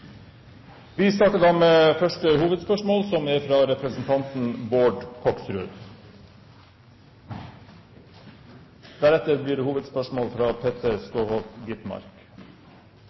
Vi starter da med første hovedspørsmål, fra representanten Bård